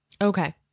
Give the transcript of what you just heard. Okay